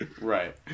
Right